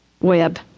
web